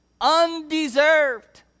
Undeserved